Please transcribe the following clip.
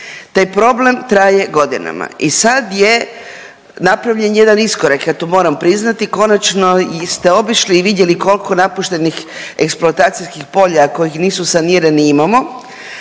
Taj problem traje godinama i sad je napravljen jedan iskorak ja to moram priznati. Konačno ste obišli i vidjeli koliko napuštenih eksploatacijskih polja koji nisu sanirani imao,